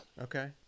okay